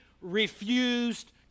refused